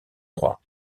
crois